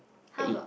I eat